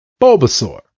Bulbasaur